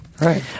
Right